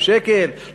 והיא מתגנדרת,